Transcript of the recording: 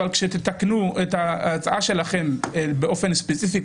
אבל כשתתקנו את ההצעה שלכם באופן ספציפי,